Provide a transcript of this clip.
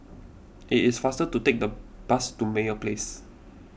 it is faster to take the bus to Meyer Place